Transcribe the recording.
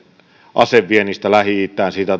aseviennistä lähi itään siitä